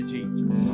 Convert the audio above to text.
Jesus